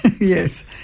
Yes